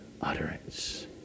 utterance